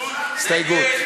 הוא משך,